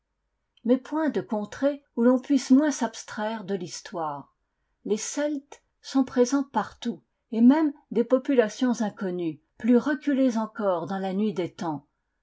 mais point de contrée oi i l'on puisse moins s'abstraire de l'histoire les celtes sont présents partout et même des populations inconnues plus reculées encore dans la nuit des temps